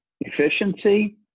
efficiency